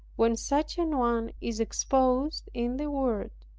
when such an one is exposed in the world.